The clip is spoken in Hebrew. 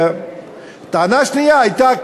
טענה שנייה הייתה,